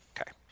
Okay